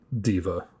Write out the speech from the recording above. diva